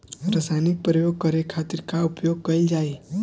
रसायनिक प्रयोग करे खातिर का उपयोग कईल जाइ?